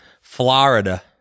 Florida